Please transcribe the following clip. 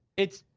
it's,